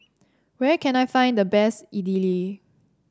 where can I find the best Idili